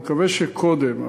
אני מקווה שקודם,